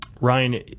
Ryan